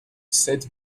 set